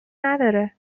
نداره